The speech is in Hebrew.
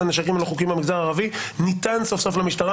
הנשקים הלא חוקיים במגזר הערבי ניתן סוף סוף למשטרה.